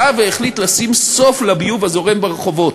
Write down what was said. בא והחליט לעשות סוף לביוב הזורם ברחובות.